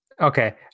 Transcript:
Okay